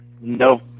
no